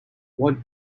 what